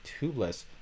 tubeless